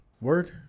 Word